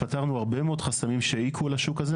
פתרנו הרבה מאוד חסמים שהעיקו על השוק הזה.